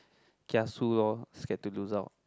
kiasu lor scared to lose out